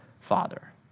father